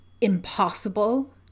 impossible